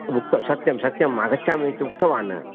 उक्त सत्यं सत्यं आगच्छामि इति उक्तवान्